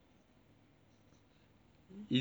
is it